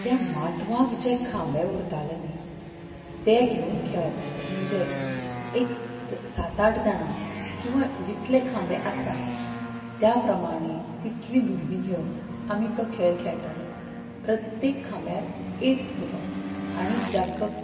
त्या माटवाक जे खांबे उरताले न्ही तें घेवून खेळप म्हणजे एक सात आठ जाणां किंवां जितले खांबे आसा त्या प्रमाणें तितलीं भुरगीं घेवन आमी तो खेळ खेळटालीं प्रत्येक खांब्यार एक भुरगो आनी जाका